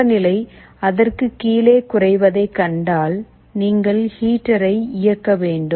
வெப்பநிலை அதற்குக் கீழே குறைவதை கண்டால் நீங்கள் ஹீட்டரை இயக்க வேண்டும்